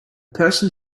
person